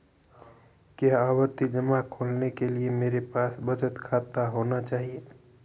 क्या आवर्ती जमा खोलने के लिए मेरे पास बचत खाता होना चाहिए?